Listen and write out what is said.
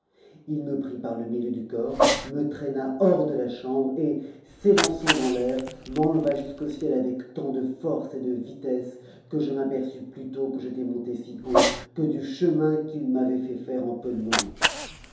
il me prit par le milieu du corps me traîna hors de la chambre et s'élançant dans l'air m'enleva jusqu'au ciel avec tant de force et de vitesse que je m'aperçus plutôt que j'étais monté si haut que du chemin qu'il m'avait fait faire en peu de moments